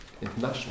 international